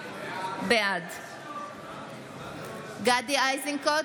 בעד גדי איזנקוט,